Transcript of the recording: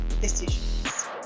decisions